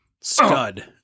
Stud